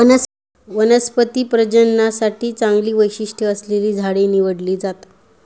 वनस्पती प्रजननासाठी चांगली वैशिष्ट्ये असलेली झाडे निवडली जातात